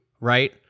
right